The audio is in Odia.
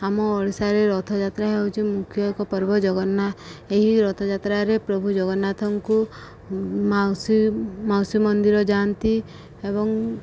ଆମ ଓଡ଼ିଶାରେ ରଥଯାତ୍ରା ହେଉଛି ମୁଖ୍ୟ ଏକ ପର୍ବ ଜଗନ୍ନାଥ ଏହି ରଥଯାତ୍ରାରେ ପ୍ରଭୁ ଜଗନ୍ନାଥଙ୍କୁ ମାଉସୀ ମାଉସୀ ମନ୍ଦିର ଯାଆନ୍ତି ଏବଂ